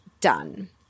done